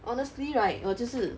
honestly right 我就是